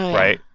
right?